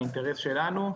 האינטרס שלנו,